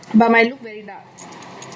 but might look very dark